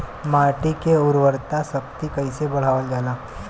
माटी के उर्वता शक्ति कइसे बढ़ावल जाला?